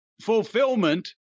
fulfillment